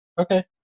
Okay